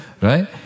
right